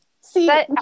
See